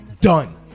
Done